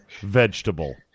vegetable